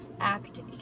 act